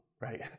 right